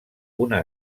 una